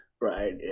right